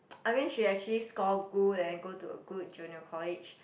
I mean she actually score good and then go to a good Junior College